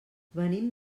venim